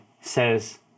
says